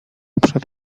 przed